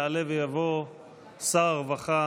יעלה ויבוא שר הרווחה